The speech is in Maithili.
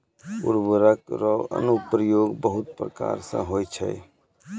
उर्वरक रो अनुप्रयोग बहुत प्रकार से होय छै